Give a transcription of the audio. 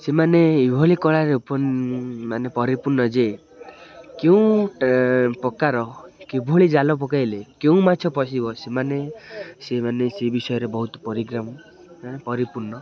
ସେମାନେ ଏଭଳି କଳାରେ ଉପ ମାନେ ପରିପୂର୍ଣ୍ଣ ଯେ କେଉଁ ପ୍ରକାର କିଭଳି ଜାଲ ପକାଇଲେ କେଉଁ ମାଛ ପଶିବ ସେମାନେ ସେମାନେ ସେ ବିଷୟରେ ବହୁତ ପରିଗ୍ରାମ ପରିପୂର୍ଣ୍ଣ